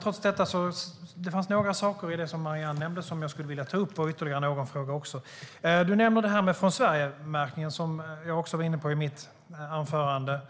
Trots detta fanns det några saker i det som Marianne Pettersson nämnde som jag skulle vilja ta upp, liksom någon ytterligare fråga. Hon nämner Från Sverige-märkningen, som även jag var inne på i mitt anförande.